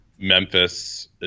Memphis